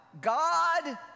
God